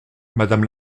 madame